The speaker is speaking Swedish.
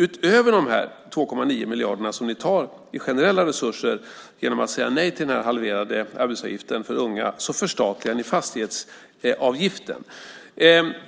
Utöver dessa 2,9 miljarder som ni tar i generella resurser genom att säga nej till den halverade arbetsgivaravgiften för unga förstatligar ni fastighetsavgiften.